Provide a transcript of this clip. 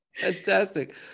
Fantastic